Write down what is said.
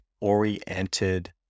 oriented